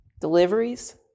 deliveries